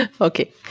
okay